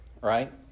right